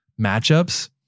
matchups